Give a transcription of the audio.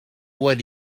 what